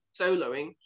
soloing